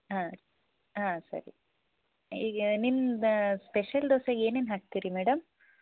ಹಾಂ ಹಾಂ ಸರಿ ಈಗ ನಿಮ್ಮ ನ ಸ್ಪೆಷಲ್ ದೋಸೆಗೆ ಏನೇನು ಹಾಕ್ತೀರಿ ಮೇಡಮ್